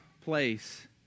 place